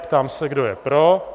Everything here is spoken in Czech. Ptám se, kdo je pro.